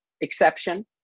exception